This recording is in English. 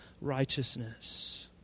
righteousness